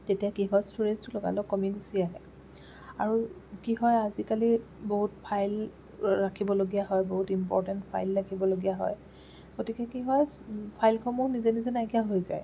তেতিয়া কি হয় ষ্ট'ৰেজটো লগালগ কমি গুচি আহে আৰু কি হয় আজিকালি বহুত ফাইল ৰাখিবলগীয়া হয় বহুত ইম্পটেণ্ট ফাইল ৰাখিবলগীয়া হয় গতিকে কি হয় ফাইলসমূহে নিজে নিজে নাইকীয়া হৈ যায়